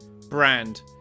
brand